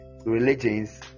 religions